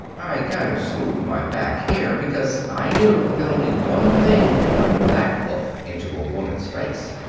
i kind of smoothed my back hair, because i knew that only one thing could bring that look into a woman's face.